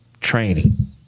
training